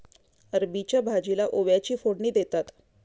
अरबीच्या भाजीला ओव्याची फोडणी देतात